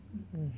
mm